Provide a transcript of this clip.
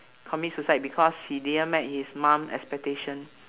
commit suicide because he didn't met his mum expectation